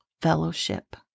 fellowship